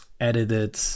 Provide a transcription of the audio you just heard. edited